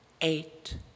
Eight